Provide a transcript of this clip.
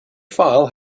file